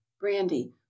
brandy